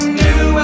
new